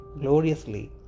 gloriously